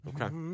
Okay